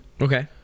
okay